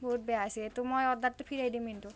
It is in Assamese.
বহুত বেয়া হৈছে এইটো মই অৰ্ডাৰটো ফিৰাই দিম কিন্তু